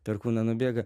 per kūną nubėga